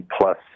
plus